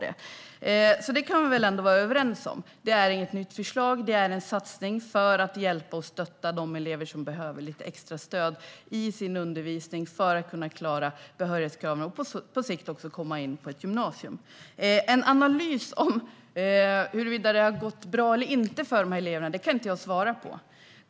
Detta kan vi alltså vara överens om: Det är inget nytt förslag, utan det är en satsning för att hjälpa och stötta de elever som behöver lite extra stöd i sin undervisning för att kunna klara behörighetskraven och på sikt också komma in på ett gymnasium. När det gäller en analys huruvida det har gått bra eller inte för de här eleverna kan jag inte svara på det.